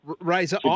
Razor